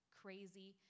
crazy